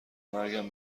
مرگم